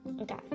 Okay